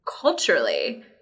culturally